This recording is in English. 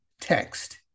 text